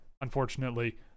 unfortunately